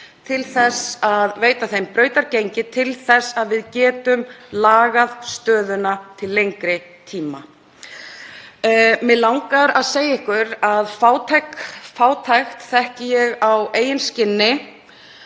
til þess að veita þeim brautargengi til þess að við getum lagað stöðuna til lengri tíma. Mig langar að segja ykkur að fátækt þekki ég á eigin skinni.